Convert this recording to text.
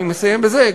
אני מסיים בזה,